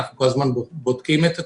אנחנו כל הזמן בודקים את עצמנו.